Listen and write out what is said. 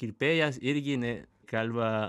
kirpėjas irgi ne kalba